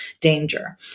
danger